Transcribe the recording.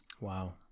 Wow